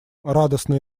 радостно